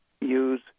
use